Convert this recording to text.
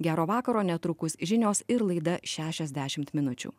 gero vakaro netrukus žinios ir laida šešiasdešimt minučių